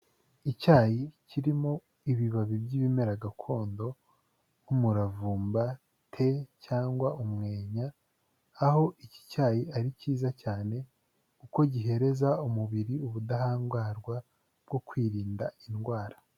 Icyayi kirimo ibibabi by'ibimera gakondo nk'umuravumba te cyangwa umwenya, aho iki cyayi ari cyiza cyane kuko gihereza umubiri ubudahangarwa bwo kwirinda indwara.